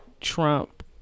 trump